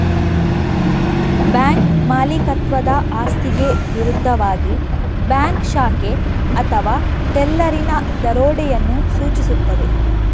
bank ಮಾಲೀಕತ್ವದ ಆಸ್ತಿಗೆ ವಿರುದ್ಧವಾಗಿ ಬ್ಯಾಂಕ್ ಶಾಖೆ ಅಥವಾ ಟೆಲ್ಲರಿನ ದರೋಡೆಯನ್ನು ಸೂಚಿಸುತ್ತದೆ